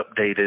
updated